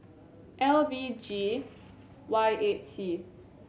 L B G Y eight C